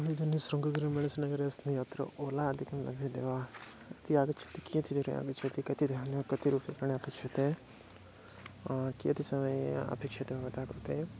अहम् इदानीं शृङ्गगिरिः मेणसेनगरे अस्मि अत्र ओलाधिकं लभ्यते वा यदि आगच्छति कियत् कति रूप्यकाणि अपेक्षते कियत् समये अपेक्षते भवतः कृते